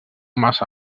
massa